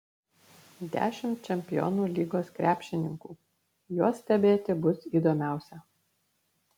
dešimt čempionų lygos krepšininkų juos stebėti bus įdomiausia